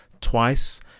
twice